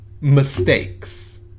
mistakes